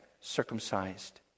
circumcised